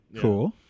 Cool